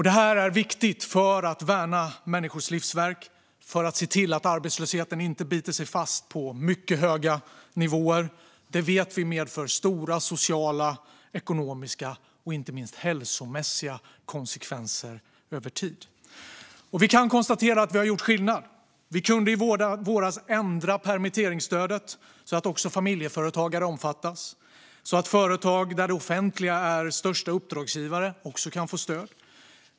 Detta är viktigt för att värna människors livsverk och för att arbetslösheten inte ska bita sig fast på mycket höga nivåer, vilket vi vet får stora sociala, ekonomiska och inte minst hälsomässiga konsekvenser över tid. Vi kan konstatera att vi har gjort skillnad. Vi kunde i våras ändra permitteringsstödet, så att också familjeföretagare omfattas och företag där det offentliga är största uppdragsgivare också kan få stöd.